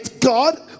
God